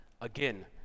Again